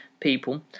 people